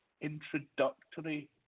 introductory